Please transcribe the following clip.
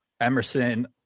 Emerson